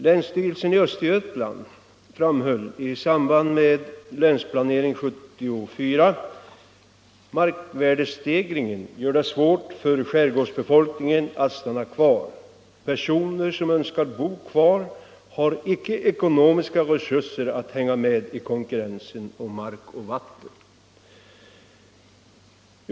Länsstyrelsen i Östergötlands län framhöll i samband med Länsplanering 1974 att markvärdestegringen gör det svårt för skärgårdsbefolkningen att stanna kvar. Personer som önskar bo kvar i skärgården har inte ekonomiska resurser för att hänga med i konkurrensen om mark och vatten.